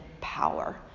power